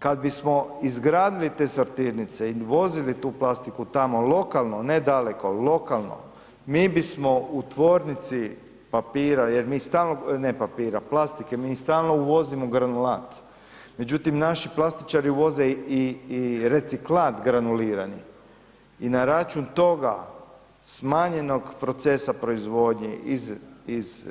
Kad bismo izgradili te sortirnice i vozili tu plastiku tamo lokalno, ne daleko, lokalno, mi bismo u tvornici papira, ne papira, plastike, mi stalno uvozimo granulat, međutim naši plastičari uvoze i reciklat granulirani i na račun toga smanjenog procesa proizvodnje iz